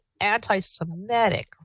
anti-Semitic